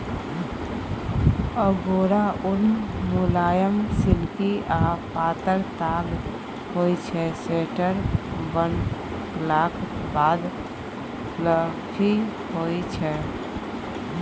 अगोरा उन मुलायम, सिल्की आ पातर ताग होइ छै स्वेटर बनलाक बाद फ्लफी होइ छै